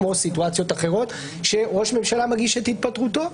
כמו סיטואציות אחרות שראש ממשלה מגיש את התפטרותו,